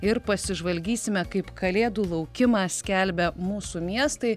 ir pasižvalgysime kaip kalėdų laukimą skelbia mūsų miestai